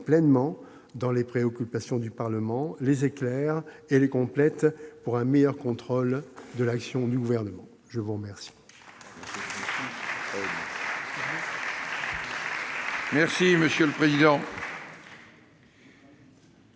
pleinement dans les préoccupations du Parlement, les éclairent et les complètent, pour un meilleur contrôle de l'action du Gouvernement. Monsieur le